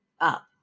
up